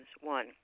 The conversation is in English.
One